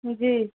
جی